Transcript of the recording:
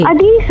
Adi